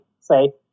say